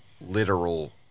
literal